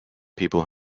people